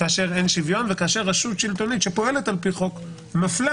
כאשר אין שוויון וכאשר רשות שלטונית שפועלת על פי חוק מפלה